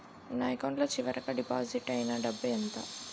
నా అకౌంట్ లో చివరిగా డిపాజిట్ ఐనా డబ్బు ఎంత?